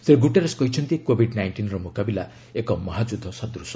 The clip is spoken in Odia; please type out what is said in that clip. ଶ୍ରୀ ଗୁଟେରସ୍ କହିଛନ୍ତି କୋଭିଡ୍ ନାଇଣ୍ଟିନ୍ର ମୁକାବିଲା ଏକ ମହାଯୁଦ୍ଧ ସଦୂଶ